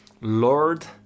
lord